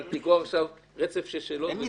אבל תגרור עכשיו רצף של שאלות ודו-שיח.